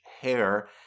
hair